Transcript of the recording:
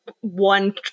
one